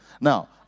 Now